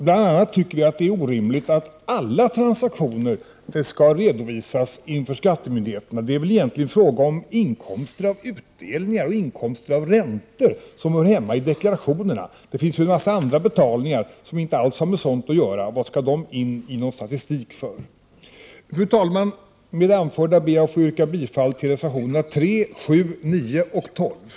Bl.a. tycker vi att det är orimligt att alla transaktioner skall redovisas inför skattemyndigheterna. Det är väl egentligen fråga om inkomster av utdelningar och av räntor som hör hemma i deklarationerna. Det finns en mängd andra betalningar som inte alls har med sådant att göra. Varför skall de in i statistiken? Fru talman! Med det anförda ber jag att få yrka bifall till reservationerna 3, FT, Fock 2.